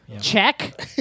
Check